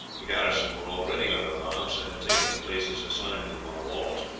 the garrison were already under arms, and had taken the places assigned to them on the walls.